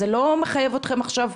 זה לא מחייב אותכם עכשיו,